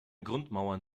grundmauern